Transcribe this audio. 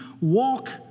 walk